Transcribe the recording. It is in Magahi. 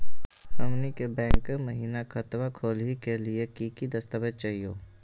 हमनी के बैंको महिना खतवा खोलही के लिए कि कि दस्तावेज चाहीयो?